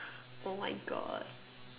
oh my god